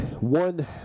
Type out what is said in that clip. one